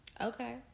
Okay